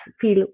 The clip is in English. feel